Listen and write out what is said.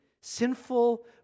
sinful